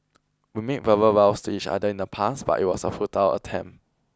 we made verbal vows to each other in the past but it was a futile attempt